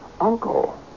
uncle